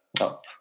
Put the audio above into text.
up